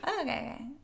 Okay